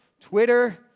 Twitter